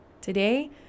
Today